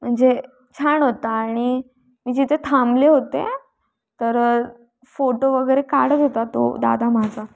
म्हणजे छान होता आणि मी जिथे थांबले होते तर फोटो वगैरे काढत होता तो दादा माझा